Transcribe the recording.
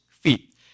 feet